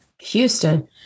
Houston